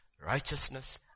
righteousness